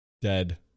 Dead